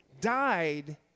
died